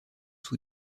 sous